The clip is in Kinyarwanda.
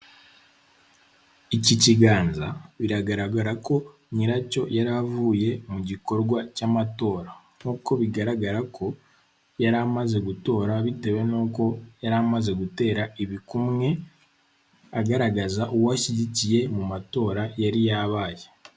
Iki kiganza biragaragara ko nyiracyo yari avuye mu gikorwa cy'amatora nk'uko bigaragara ko yari amaze gutora bitewe n'uko yari amaze gutera ibikumwe, agaragaza uwo ashyigikiye mu matora yari yabaye.